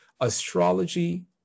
astrology